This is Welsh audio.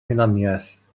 hunaniaeth